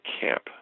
camp